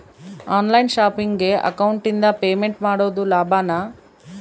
On line ಶಾಪಿಂಗಿಗೆ ಅಕೌಂಟಿಂದ payment ಮಾಡೋದು ಲಾಭಾನ?